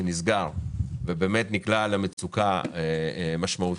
שנסגר ובאמת נקלע למצוקה משמעותית,